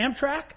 Amtrak